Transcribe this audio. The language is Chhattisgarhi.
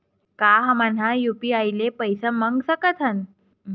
का हमन ह यू.पी.आई ले पईसा मंगा सकत हन?